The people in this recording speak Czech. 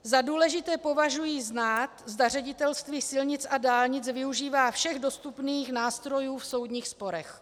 Za důležité považuji znát, zda Ředitelství silnic a dálnic využívá všech dostupných nástrojů v soudních sporech.